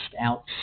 out